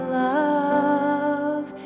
love